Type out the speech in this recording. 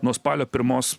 nuo spalio pirmos